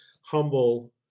humble